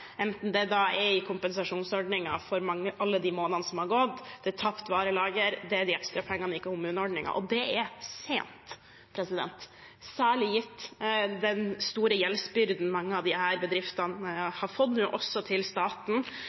enten det da er i kompensasjonsordningen for alle de månedene som har gått, eller det er for tapt varelager, eller det er de ekstra pengene i kommuneordningen. Det er sent, særlig gitt den store gjeldsbyrden mange av disse bedriftene nå har fått, også til staten,